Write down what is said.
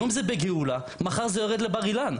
היום זה בגאולה, מחר זה יורד לבר אילן.